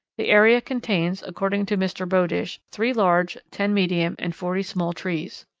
the area contains, according to mr. bowdish, three large, ten medium, and forty small trees.